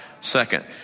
second